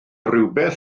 rhywbeth